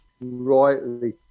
rightly